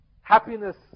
Happiness